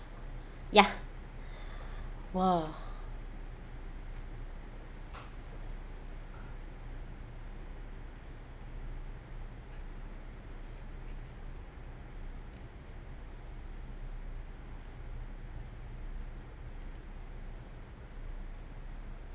ya !wah!